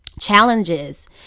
challenges